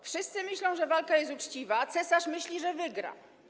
Wszyscy myślą, że walka jest uczciwa, a cesarz myśli, że wygra.